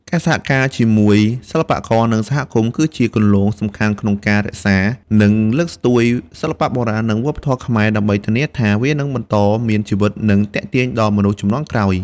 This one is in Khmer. ការសហការជាមួយសិល្បករ និងសហគមន៍ គឺជាគន្លងសំខាន់ក្នុងការរក្សា និងលើកស្ទួយសិល្បៈបុរាណ និងវប្បធម៌ខ្មែរ ដើម្បីធានាថាវានឹងបន្តមានជីវិត និងទាក់ទាញដល់មនុស្សជំនាន់ក្រោយ។